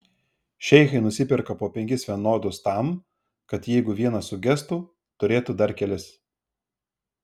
šeichai nusiperka po penkis vienodus tam kad jeigu vienas sugestų turėtų dar kelis